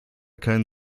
kein